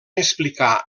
explicar